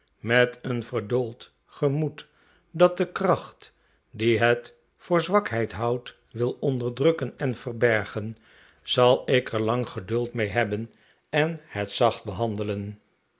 met een verdoold gemoed dat de kracht die het voor zwakheid houdt wil onderdrukken en verbergen zal ik er lang geduld mee hebben en het zaeht behandelen